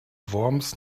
worms